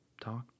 talk